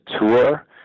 tour